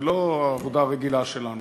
זה לא העבודה הרגילה שלנו.